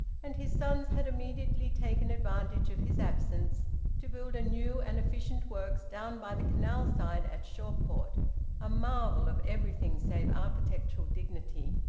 and his sons had immediately taken advantage of his absence to build a new and efficient works down by the canal-side at shawport a marvel of everything save architectural dignity.